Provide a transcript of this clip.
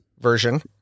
version